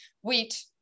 wheat